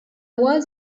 was